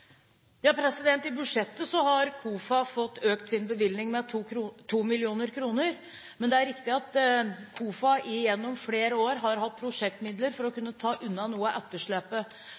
I budsjettet har KOFA fått økt sin bevilgning med 2 mill. kr. Men det er riktig at KOFA gjennom flere år har hatt prosjektmidler for å kunne ta unna noe av etterslepet.